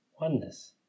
oneness